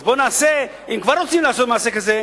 אז אם כבר רוצים לעשות מעשה כזה,